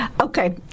okay